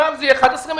פעם זה יהיה 11 מיליארד.